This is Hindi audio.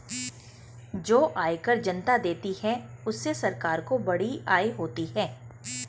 जो आयकर जनता देती है उससे सरकार को बड़ी आय होती है